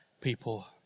people